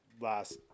last